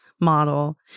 model